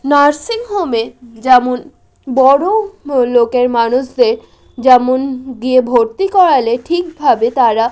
নার্সিংহোমে যেমন বড়ো লোকের মানুষদের যেমন গিয়ে ভর্তি করালে ঠিকভাবে তারা